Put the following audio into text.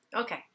okay